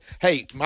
Hey